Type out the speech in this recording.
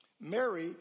Mary